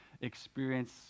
experience